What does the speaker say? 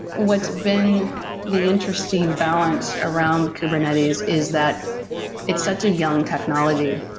what's been the interesting balance around kubernetes is that it's such a young technology.